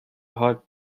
hot